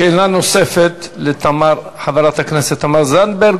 שאלה נוספת לחברת הכנסת תמר זנדברג,